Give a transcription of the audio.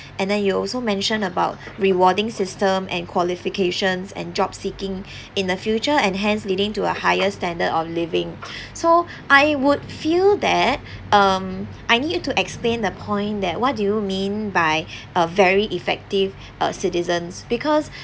and then you also mention about rewarding system and qualifications and job seeking in the future and hence leading to a higher standard of living so I would feel that um I need you to explain the point that what do you mean by a very effective uh citizens because